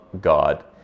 God